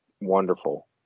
wonderful